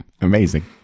amazing